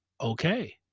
okay